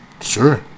Sure